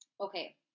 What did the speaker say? Okay